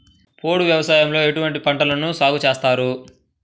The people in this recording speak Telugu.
పోడు వ్యవసాయంలో ఎటువంటి పంటలను సాగుచేస్తారు?